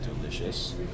delicious